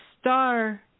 star